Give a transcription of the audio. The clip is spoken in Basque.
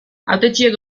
hautetsiek